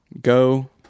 go